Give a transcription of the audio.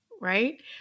right